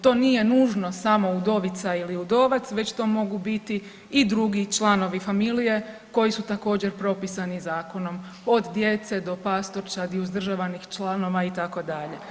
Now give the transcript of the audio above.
To nije nužno samo udovica ili udovac već to mogu biti i drugi članovi familije koji su također, propisani zakonom, od djece do pastorčadi, uzdržavanih članova, itd.